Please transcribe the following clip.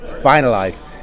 finalized